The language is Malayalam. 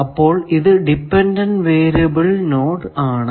അപ്പോൾ ഇത് ഡിപെൻഡന്റ് വേരിയബിൾ നോഡ് ആണ്